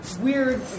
weird